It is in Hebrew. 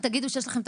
גם את